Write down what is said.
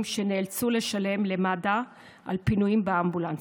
שנאלצו לשלם למד"א על פינויים באמבולנס.